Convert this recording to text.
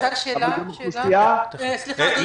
אוכלוסייה ראשונה היא אוכלוסיית הקשישים,